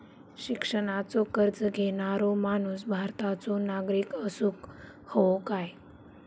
शिक्षणाचो कर्ज घेणारो माणूस भारताचो नागरिक असूक हवो काय?